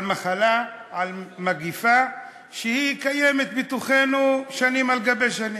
על מחלה, על מגפה שקיימת בתוכנו שנים על-גבי שנים.